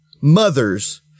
mothers